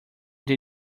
they